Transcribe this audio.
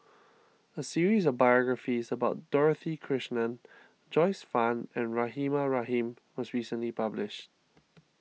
a series of biographies about Dorothy Krishnan Joyce Fan and Rahimah Rahim was recently published